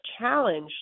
challenge